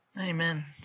Amen